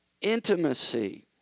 intimacy